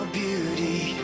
beauty